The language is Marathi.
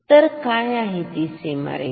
तर काय आहे ती सीमारेषा